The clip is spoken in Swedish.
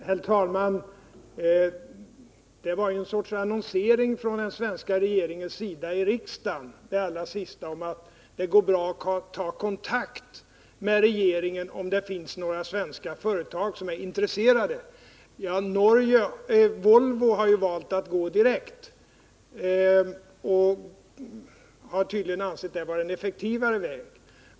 Herr talman! Det var en sorts annonsering i riksdagen från den svenska regeringens sida det statsrådet sade senast om att det går bra att ta kontakter med regeringen, om det finns några företag som är intresserade. Volvo har valt att gå direkt och har tydligen ansett det vara en effektivare väg.